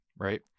right